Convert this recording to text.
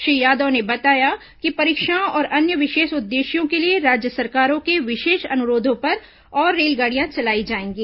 श्री यादव ने बताया कि परीक्षाओं और अन्य विशेष उद्देश्यों के लिए राज्य सरकारों के विशेष अनुरोधों पर और रेलगाडियां चलाई जाएंगी